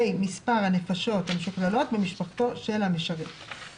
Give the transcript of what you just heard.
בפרט זה